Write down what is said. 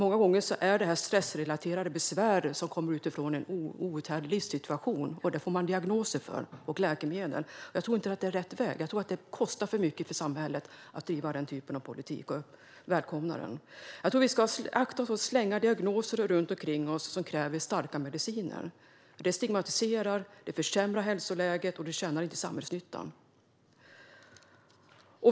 Många gånger är det stressrelaterade besvär som har att göra med en outhärdlig livssituation. Det får man alltså diagnoser och läkemedel för. Det är inte rätt väg. Jag tror att det kostar för mycket för samhället att driva den typen av politik. Vi ska akta oss för att strö diagnoser omkring oss som kräver starka mediciner. Det stigmatiserar, det försämrar hälsoläget och det tjänar inte samhällsnyttan.